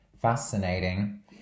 fascinating